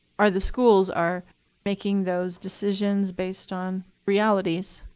or the schools are making those decisions based on realities.